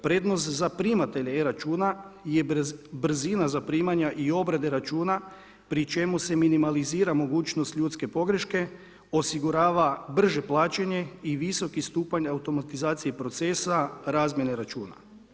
Prednost za primatelje e-računa je brzina zaprimanja i obrade računa pri čemu se minimalizira mogućnost ljudske pogreške, osigurava brže plaćanje i visoki stupanj automatizacije procesa razmjene računa.